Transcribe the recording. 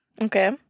Okay